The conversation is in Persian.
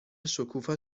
شکوفا